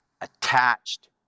attached